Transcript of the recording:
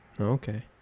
okay